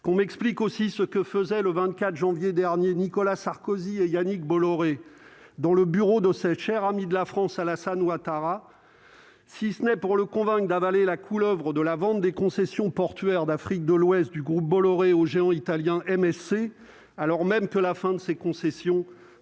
qu'on m'explique aussi ce que faisait le 24 janvier dernier Nicolas Sarkozy et Yannick Bolloré dans le bureau de sa chère ami de la France, Alassane Ouattara, si ce n'est pour le convainc d'avaler la couleuvre de la vente des concessions portuaires d'Afrique de l'Ouest du groupe Bolloré au géant italien MSC alors même que la fin de ces concessions pourraient